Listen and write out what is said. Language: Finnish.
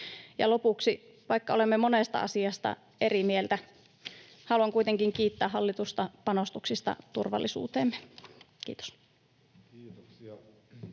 Lopuksi: vaikka olemme monesta asiasta eri mieltä, haluan kuitenkin kiittää hallitusta panostuksista turvallisuuteemme. — Kiitos.